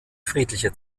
friedliche